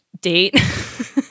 date